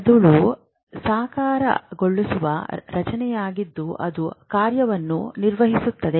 ಮೆದುಳು ಸಾಕಾರಗೊಳಿಸುವ ರಚನೆಯಾಗಿದ್ದು ಅದು ಕಾರ್ಯವನ್ನು ನಿರ್ಧರಿಸುತ್ತದೆ